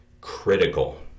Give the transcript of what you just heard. critical